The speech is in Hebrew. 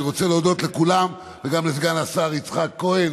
אני רוצה להודות לכולם וגם לסגן השר יצחק כהן,